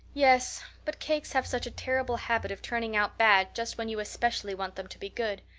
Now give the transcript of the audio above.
yes but cakes have such a terrible habit of turning out bad just when you especially want them to be good,